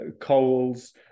coals